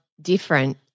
different